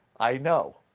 i know.